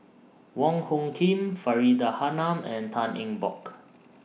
Wong Hung Khim Faridah Hanum and Tan Eng Bock